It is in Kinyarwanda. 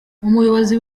umuyobozi